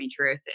endometriosis